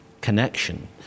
connection